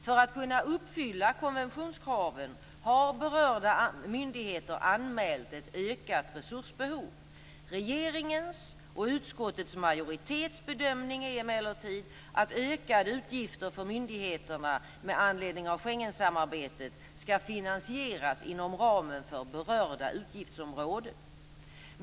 För att kunna uppfylla konventionskraven har berörda myndigheter anmält ett ökat resursbehov. Regeringens och utskottets majoritets bedömning är emellertid att ökade utgifter för myndigheterna med anledning av Schengensamarbetet skall finansieras inom ramen för berörda utgiftsområde.